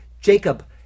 Jacob